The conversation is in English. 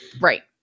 right